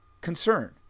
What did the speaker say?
concern